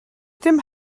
dim